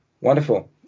Wonderful